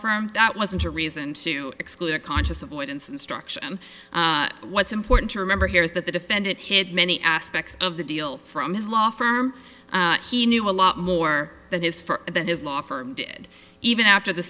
firm that wasn't a reason to exclude a conscious avoidance instruction what's important to remember here is that the defendant had many aspects of the deal from his law firm he knew a lot more than his for about his law firm did even after the